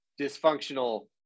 dysfunctional